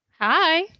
Hi